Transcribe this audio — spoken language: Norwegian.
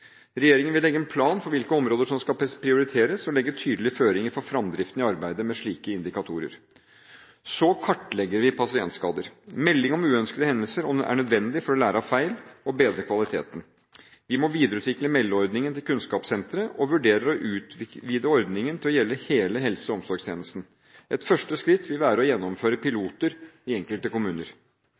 Regjeringen vil legge en plan for hvilke områder som skal prioriteres, og legge tydelige føringer for fremdriften i arbeidet med slike indikatorer. Vi kartlegger pasientskader. Melding om uønskede hendelser er nødvendig for å lære av feil og bedre kvaliteten. Vi må videreutvikle meldeordningen til Kunnskapssenteret, og vi vurderer å utvide ordningen til å gjelde hele helse- og omsorgstjenesten. Et første skritt vil være å gjennomføre piloter i enkelte kommuner.